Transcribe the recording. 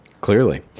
Clearly